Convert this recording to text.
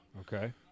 Okay